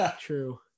True